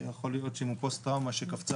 יכול להיות שאם הוא פוסט טראומה שקפצה